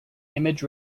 image